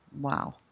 Wow